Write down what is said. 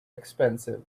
expensive